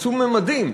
עצום ממדים,